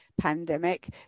pandemic